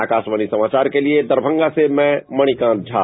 आकाशवाणी समाचार के लिए दरभंगा से मणिकांत झा